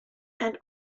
and